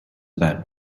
that